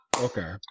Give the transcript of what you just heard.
okay